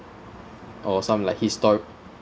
or some like historic